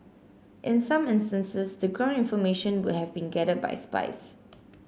in some instances the ground information would have been gathered by spies